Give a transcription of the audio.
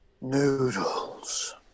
Noodles